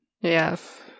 Yes